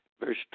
Verse